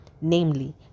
namely